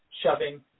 shoving